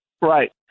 Right